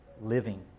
living